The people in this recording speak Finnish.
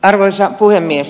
arvoisa puhemies